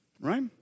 right